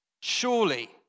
surely